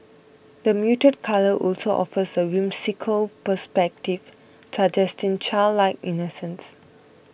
the muted colour also offer a whimsical perspective suggesting childlike innocence